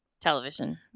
television